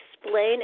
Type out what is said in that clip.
explain